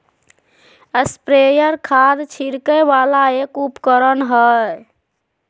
sprayer खाद छिड़के वाला एक उपकरण हय